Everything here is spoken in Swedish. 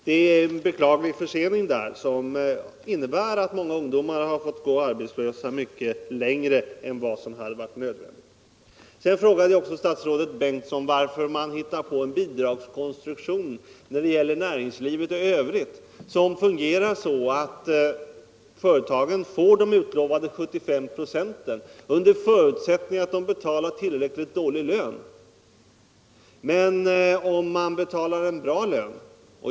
Det innebär en beklaglig försening som medfört att många ungdomar har fått gå arbetslösa mycket längre än vad som hade varit nödvändigt. Sedan frågade jag också statsrådet Bengtsson varför man hittar på en bidragskonstruktion när det gäller näringslivet som fungerar så att företagen får de 75 26 som utlovats under förutsättning att de betalar en tillräckligt dålig lön.